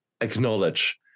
acknowledge